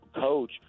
coach